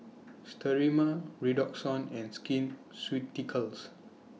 Sterimar Redoxon and Skin Ceuticals